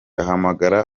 ahamagara